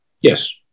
Yes